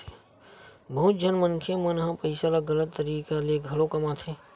बहुत झन मनखे मन ह पइसा ल गलत तरीका ले घलो कमाथे